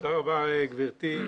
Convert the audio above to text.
תודה רבה גבירתי.